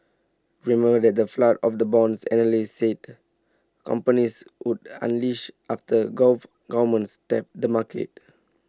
remember that the flood of the bonds analysts said companies would unleash after gulf governments tapped the market